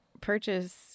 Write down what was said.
purchase